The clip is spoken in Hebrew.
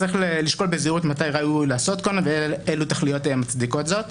צריך לשקול בזהירות מתי ראוי לעשות זאת ואילו תכליות מצדיקות זאת.